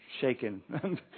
shaken